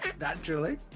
Naturally